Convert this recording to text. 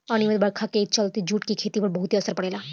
अनिमयित बरखा के चलते जूट के खेती पर बहुत असर पड़ेला